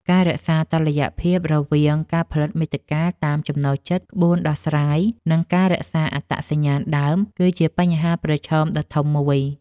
ការរក្សាតុល្យភាពរវាង ការផលិតមាតិកាតាមចំណូលចិត្តក្បួនដោះស្រាយ និង ការរក្សាអត្តសញ្ញាណដើម គឺជាបញ្ហាប្រឈមដ៏ធំមួយ។